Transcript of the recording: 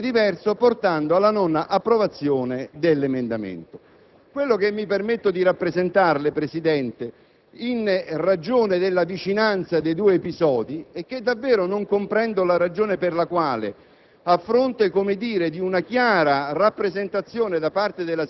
votazione, che, una volta effettuata, ha avuto un esito completamente diverso portando alla reiezione dell'emendamento. Ciò che mi permetto di rappresentarle, Presidente, in ragione della vicinanza dei due episodi è che davvero non comprendo la ragione per la quale,